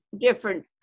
different